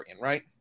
right